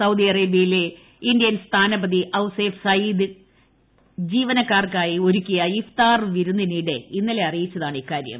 Saudi അറേബൃയിലെ ഇന്ത്യൂർ സ്ഥാനപതി ഔസഫ് സയീദ് ജീവനക്കാർക്കായി ഒരുക്കിയ ഇഷ്താ്ർ വിരുന്നിനിടെ ഇന്നലെ അറിയിച്ചതാണ് ഇക്കാര്യം